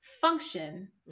function